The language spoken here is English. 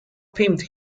pimped